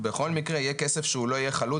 בכל מקרה יהיה כסף שהוא לא יהיה חלוט